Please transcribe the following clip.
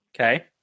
okay